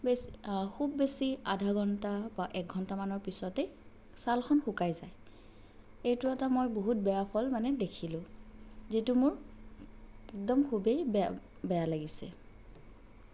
বেছ খুব বেছি আধা ঘণ্টা বা এঘণ্টা মানৰ পিছতে ছালখন শুকাই যায় এইটো এটা মই বহুত বেয়া ফল মানে দেখিলো যিটো মোৰ একদম খুবেই বেয়া বেয়া লাগিছে